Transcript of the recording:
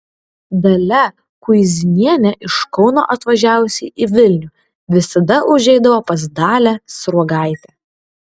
dalia kuizinienė iš kauno atvažiavusi į vilnių visada užeidavo pas dalią sruogaitę